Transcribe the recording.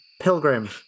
pilgrim